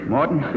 Morton